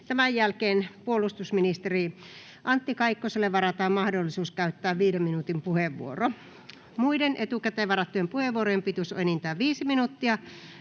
Tämän jälkeen puolustusministeri Antti Kaikkoselle varataan mahdollisuus käyttää 5 minuutin puheenvuoro. Muiden etukäteen varattujen puheenvuorojen pituus on enintään 5 minuuttia.